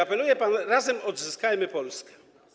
Apeluje pan: razem odzyskajmy Polskę.